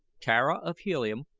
tara of helium,